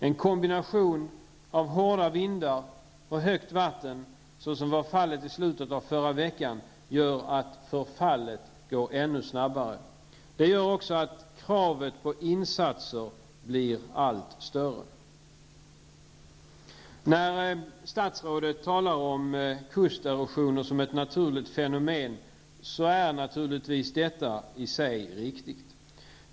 En kombination av hårda vindar och högt vatten, såsom var fallet i slutet av förra veckan, gör att förfallet går ännu snabbare. Det gör också att kravet på insatser blir allt större. När statsrådet talar om kusterosioner som ett naturligt fenomen, är det naturligtvis i sig riktigt.